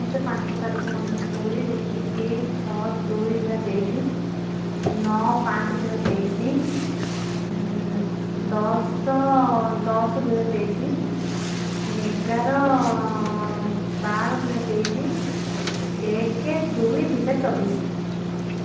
ମୁଁ ସେଇ ପାଞ୍ଚଟା ତାରିଖ ମନେରଖିପାରିବି ଯେମିତିକି ଛଅ ଦୁଇ ଦୁଇ ହଜାର ତେଇଶି ନଅ ପାଞ୍ଚ ଦୁଇ ହଜାର ତେଇଶି ଦଶ ଦଶ ଦୁଇ ହଜାର ତେଇଶି ଏଗାର ବାର ଦୁଇ ହଜାର ତେଇଶି ଏକ ଦୁଇ ଦୁଇ ହଜାର ଚବିଶି